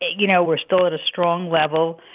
you know, we're still at a strong level,